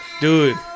Dude